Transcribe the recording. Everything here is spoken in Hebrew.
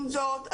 עם זאת,